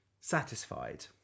satisfied